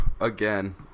again